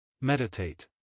Meditate